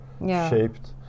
shaped